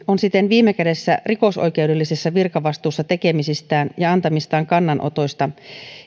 on siten viime kädessä rikosoikeudellisessa virkavastuussa tekemisistään ja antamistaan kannanotoista